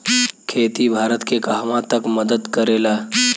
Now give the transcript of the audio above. खेती भारत के कहवा तक मदत करे ला?